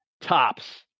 tops